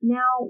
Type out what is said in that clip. Now